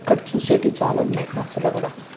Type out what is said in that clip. ఇక్కడ చూసేవి చాలా ఉన్నాయి కాశీలో కూడా